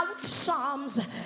Psalms